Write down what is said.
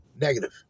Negative